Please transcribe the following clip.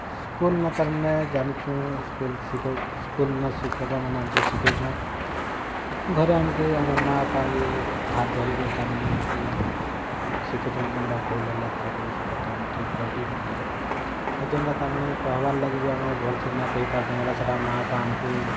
ସ୍କୁଲନୁ ତାର୍ ମନେ ଜାନିଛୁଁ ସ୍କୁଲ୍ ଶିଖଉ ସ୍କୁଲ୍ ନଁ ଶିକ୍ଷକ ମାନେ ଆମକୁ ଶିଖାଇଛନ୍ ଘରେ ଆମ୍କୁ ଆମର୍ ମାଆ ବାପା ବି ହାତ୍ ଧରିକରି ତାର୍ ମାନେ ଆମକୁ ଶିଖାଇଛନ୍ କେନ୍ଟା ଭୁଲ୍ ହେଲେ ତାର୍ ମାନେ ସେଇଟା ଠିକ୍ କରି ଦଉଥିଲି ହେ ଯେନ୍ଟା ତାର୍ ମାନେ କହିବାର୍ ଲାଗି ବି ଆମେ ଭଲ୍ ସେ ନାଇଁ କହି ପାରୁଥିମୁ ବଲେ ସେଇଟା ମାଆ ବାପା ଆମକୁ